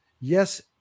yes